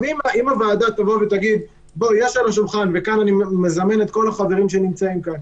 אם הוועדה ואני מזמן את כל החברים שנמצאים כאן